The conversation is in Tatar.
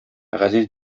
газиз